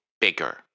bigger